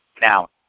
Now